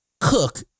cook